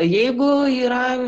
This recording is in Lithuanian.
jeigu yra